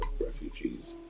refugees